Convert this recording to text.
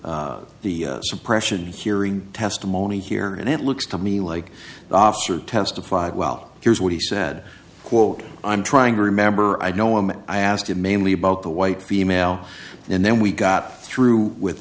the the suppression hearing testimony here and it looks to me like the officer testified well here's what he said quote i'm trying to remember i know him i asked him mainly about the white female and then we got through with